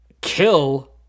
kill